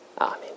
Amen